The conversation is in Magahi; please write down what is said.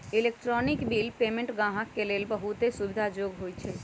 इलेक्ट्रॉनिक बिल पेमेंट गाहक के लेल बहुते सुविधा जोग्य होइ छइ